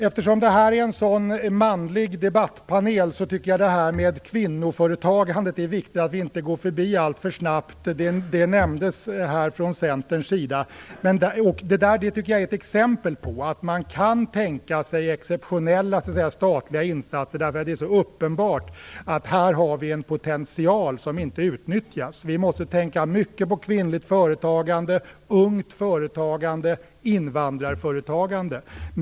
Eftersom det här är en så manlig debattpanel är det viktigt att vi inte alltför snabbt går förbi det här med kvinnoföretagande - det nämndes här från Centerns sida. Det är, tycker jag, ett exempel på att man kan tänka sig exceptionella statliga insatser därför att det är så uppenbart att vi här har en potential som inte utnyttjas. Vi måste tänka mycket på kvinnligt företagande, ungt företagande, invandrarföretagande.